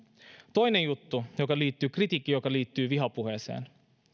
toinen juttu liittyy kritiikkiin joka liittyy vihapuheeseen